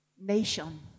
nation